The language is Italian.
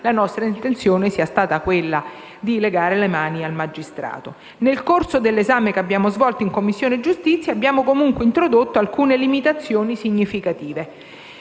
la nostra intenzione è stata quella di legare le mani al magistrato. Nel corso dell'esame che abbiamo svolto in Commissione giustizia abbiamo comunque introdotto alcune limitazioni significative.